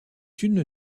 une